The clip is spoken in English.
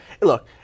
Look